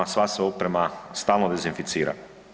Sva se oprema stalno dezinficira.